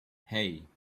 hey